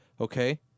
Okay